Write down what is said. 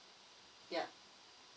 yeah